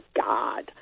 God